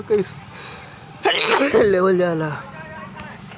Loan कईसे लेल जाला?